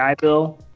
Bill